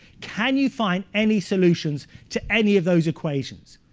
can you find any solutions to any of those equations?